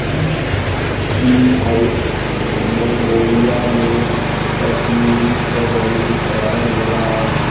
चीन आउर मन्गोलिया में कसमीरी क बहुत उत्पादन होला